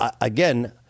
again